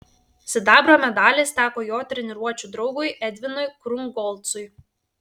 sidabro medalis teko jo treniruočių draugui edvinui krungolcui